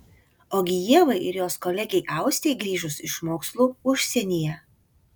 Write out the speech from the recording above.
ogi ievai ir jos kolegei austei grįžus iš mokslų užsienyje